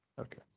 Okay